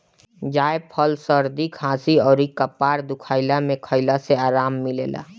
जायफल सरदी खासी अउरी कपार दुखइला में खइला से आराम मिलेला